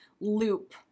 loop